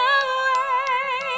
away